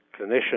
clinicians